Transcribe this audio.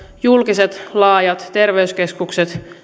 julkiset laajat terveyskeskukset